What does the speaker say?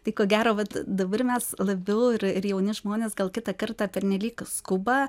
tai ko gero vat dabar mes labiau ir ir jauni žmonės gal kitą kartą pernelyg skuba